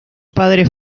padre